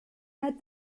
met